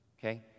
Okay